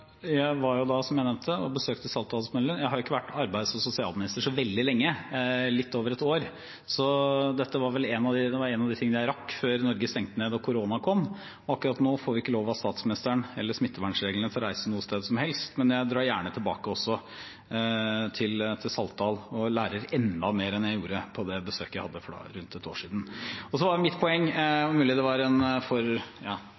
Jeg var jo, som jeg nevnte, og besøkte Saltdalsmodellen. Jeg har ikke vært arbeids- og sosialminister så veldig lenge, litt over et år, så dette var en av de tingene jeg rakk før Norge stengte ned og korona kom. Akkurat nå får vi ikke lov av statsministeren eller smittevernreglene til å reise noe sted som helst, men jeg drar gjerne tilbake også til Saltdal og lærer enda mer enn jeg gjorde på besøket for rundt et år siden. Og så var mitt poeng – og det er mulig det var et dumt understatement – at det var i den grad det er nødvendig. Mitt poeng